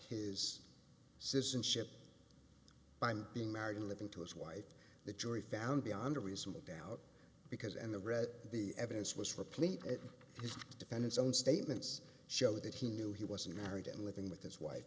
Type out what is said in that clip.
his citizenship by him being married and living to his wife the jury found beyond a reasonable doubt because and the read the evidence was replete it was defendant's own statements show that he knew he wasn't married and living with his wife